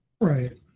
right